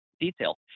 detail